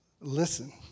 Listen